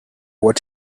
what